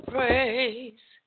Praise